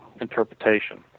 interpretation